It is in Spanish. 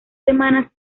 semanas